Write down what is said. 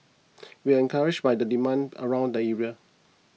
we are encouraged by the demand around the area